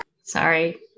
Sorry